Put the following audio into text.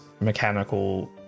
mechanical